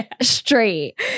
straight